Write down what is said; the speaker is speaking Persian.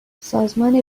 سازمان